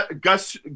Gus